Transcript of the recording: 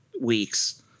weeks